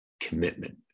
commitment